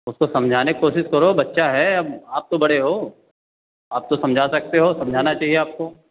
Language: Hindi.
उसको समझाने की कोशिश करो बच्चा है अब आप तो बड़े हो आप तो समझा सकते हो समझाना चाहिए आपको